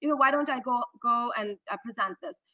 you know why don't i go go and ah present this?